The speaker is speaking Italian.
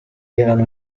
erano